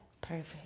perfect